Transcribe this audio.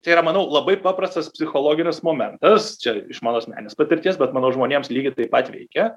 tai yra manau labai paprastas psichologinis momentas čia iš mano asmeninės patirties bet manau žmonėms lygiai taip pat veikia